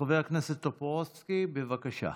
חבר הכנסת טופורובסקי, בבקשה.